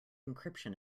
encryption